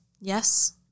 Yes